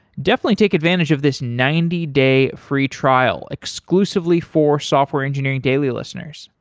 definitely take advantage of this ninety day free trial exclusively for software engineering daily listeners.